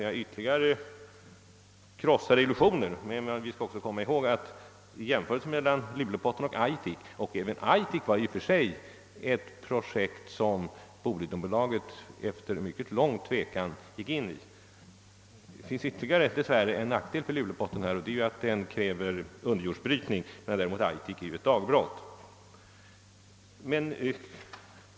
Jag kanske med detta krossar en del illusioner, men jag vill ändå i denna jämförelse mellan Lulepotten och aitikfyndigheten nämna, att det endast var efter mycket lång tvekan som Bolidenbolaget gick in på en brytning av den senare. Det finns dess värre ytterligare en nackdel med Lulepotten, nämligen att den kräver underjordsbrytning medan det i Aitik är det dagbrott.